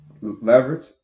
leverage